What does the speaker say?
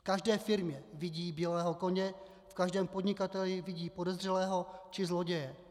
V každé firmě vidí bílého koně, v každém podnikateli vidí podezřelého či zloděje.